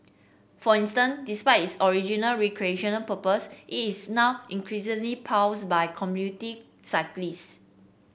for instance despite its original recreational purpose is now increasingly plies by commuting cyclists